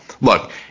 Look